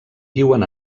viuen